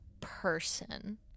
person